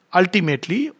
ultimately